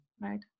right